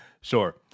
sure